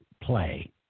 play